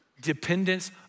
Dependence